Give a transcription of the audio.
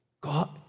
God